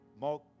Mark